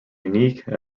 unique